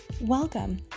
Welcome